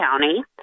County